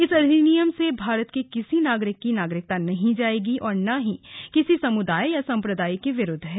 इस अधिनियम से भारत के किसी नागरिक की नागरिकता नहीं जाएगी और न ही यह किसी समुदाय या संप्रदाय के विरुद्ध है